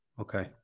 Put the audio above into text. Okay